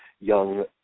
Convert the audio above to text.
young